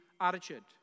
attitude